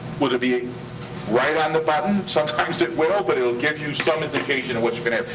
would it be right on the button? sometimes it will, but it'll give you some indication of what you're gonna have.